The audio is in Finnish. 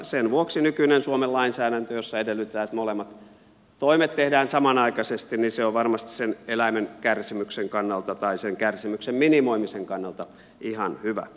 sen vuoksi nykyinen suomen lainsäädäntö jossa edellytetään että molemmat toimet tehdään samanaikaisesti on varmasti sen eläimen kärsimyksen minimoimisen kannalta ihan hyvä